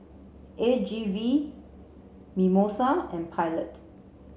A G V Mimosa and Pilot